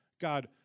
God